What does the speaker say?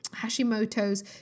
Hashimoto's